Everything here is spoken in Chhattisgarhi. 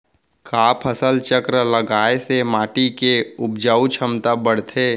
का फसल चक्र लगाय से माटी के उपजाऊ क्षमता बढ़थे?